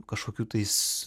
kažkokių tais